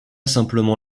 simplement